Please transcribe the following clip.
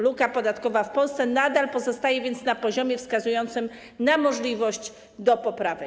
Luka podatkowa w Polsce nadal pozostaje więc na poziomie wskazującym możliwość poprawy.